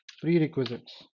Prerequisites